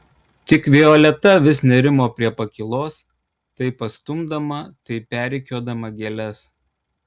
tik violeta vis nerimo prie pakylos tai pastumdama tai perrikiuodama gėles